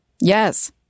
Yes